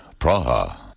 Praha